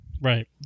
right